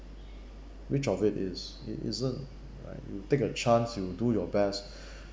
which of it is it isn't right you take a chance you do your best